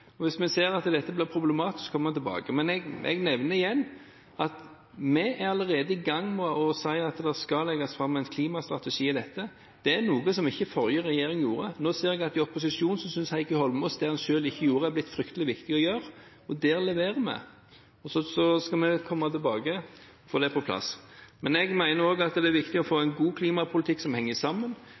mulig. Hvis vi ser at dette blir problematisk, kommer vi tilbake. Men jeg nevner igjen at vi allerede er i gang, og det skal legges fram en klimastrategi i dette. Det er noe som den forrige regjeringen ikke gjorde. Nå ser jeg at i opposisjon synes Heikki Eidsvoll Holmås at det han selv ikke gjorde, er blitt fryktelig viktig å gjøre. Der leverer vi, og så skal vi komme tilbake og få det på plass. Men jeg mener også at det er viktig å få en god klimapolitikk som henger sammen.